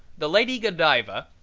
the lady godiva,